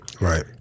Right